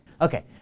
okay